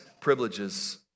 privileges